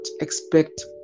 expect